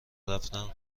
رفتن